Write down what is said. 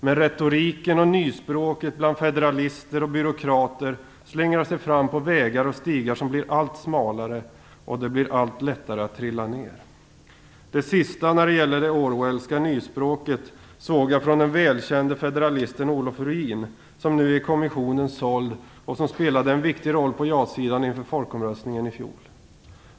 Men retoriken och nyspråket bland federalister och byråkrater slingrar sig fram på vägar och stigar som blir allt smalare, och det blir allt lättare att trilla ned. Det senaste jag sett när det gäller det Orwellska nyspråket kom från den välkände federalisten Olof Ruin, som nu är i kommissionens sold och som spelade en viktig roll för ja-sidan inför folkomröstningen i fjol.